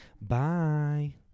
Bye